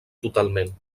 totalment